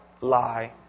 lie